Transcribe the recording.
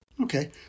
Okay